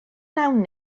wnawn